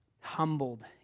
humbled